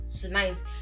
tonight